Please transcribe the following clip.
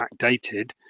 backdated